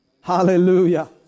Hallelujah